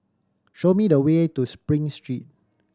show me the way to Spring Street